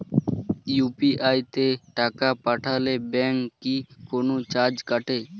UPI তে টাকা পাঠালে ব্যাংক কি কোনো চার্জ কাটে?